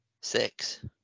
Six